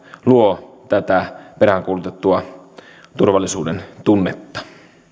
luo tätä peräänkuulutettua turvallisuudentunnetta